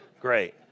great